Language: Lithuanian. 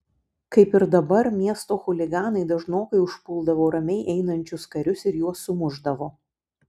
kaip ir dabar miesto chuliganai dažnokai užpuldavo ramiai einančius karius ir juos sumušdavo